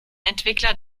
entwickler